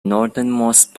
northernmost